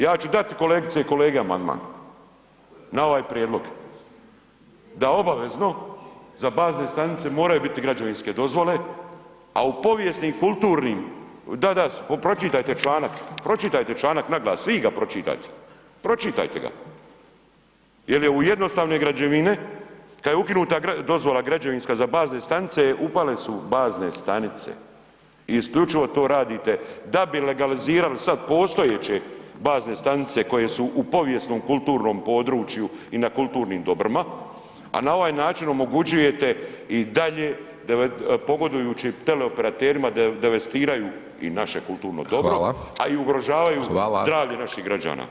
Ja ću dati kolegice i kolege amandman na ovaj prijedlog da obavezno za bazne stanice moraju biti građevinske dozvole, a u povijesnim i kulturnim, da, da, pročitajte članak, pročitajte članak naglas, svi ga pročitajte, jel je u jednostavne građevine kad je ukinuta dozvola građevinska za bazne stanice upale su bazne stanice i isključivo to radite da bi legalizirali sad postojeće bazne stanice koje su u povijesnom kulturnom području i na kulturnim dobrima, a na ovaj način omogućujete i dalje pogodujući teleoperaterima da devastiraju i naše kulturno dobro [[Upadica: Hvala.]] a i ugrožavaju zdravlje naših građana.